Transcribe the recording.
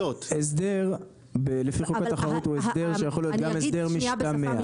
הסדר לפי חוק התחרות הוא הסדר שיכול להיות גם הסדר משתמע.